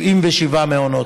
77 מעונות.